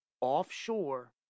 offshore